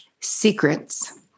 secrets